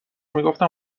میگفتم